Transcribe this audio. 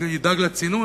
ידאג לצינון,